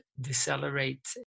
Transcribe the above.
decelerate